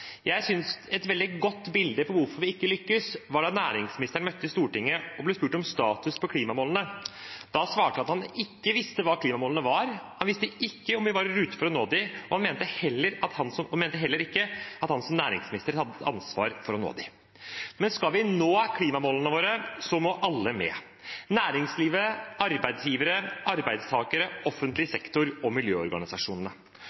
Jeg synes et veldig godt bilde på hvorfor vi ikke lykkes, var da næringsministeren møtte i Stortinget og ble spurt om status på klimamålene. Da svarte han at han ikke visste hva klimamålene var, han visste ikke om vi var i rute for å nå dem, og han mente heller ikke at han som næringsminister hadde et ansvar for å nå dem. Men skal vi nå klimamålene våre, må alle med: næringslivet, arbeidsgivere, arbeidstakere, offentlig